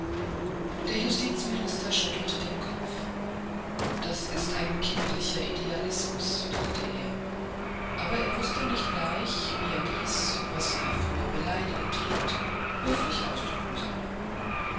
der justizminister schüttelte den kopf das ist ein kindlicher idealismus dachte er aber er wußte nicht gleich wie er dies was er für beleidigend hielt höflich ausdrücken solle